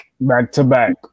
Back-to-back